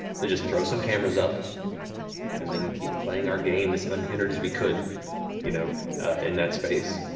to just throw some cameras up and then keep playing our games unhindered as we could you know in that space.